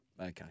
Okay